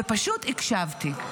ופשוט הקשבתי.